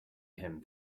him